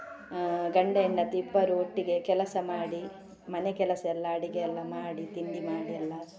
ಗಂಡ ಹೆಂಡತಿ ಇಬ್ಬರೂ ಒಟ್ಟಿಗೆ ಕೆಲಸ ಮಾಡಿ ಮನೆ ಕೆಲಸ ಎಲ್ಲ ಅಡುಗೆ ಎಲ್ಲ ಮಾಡಿ ತಿಂಡಿ ಮಾಡಿ ಎಲ್ಲ